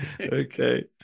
okay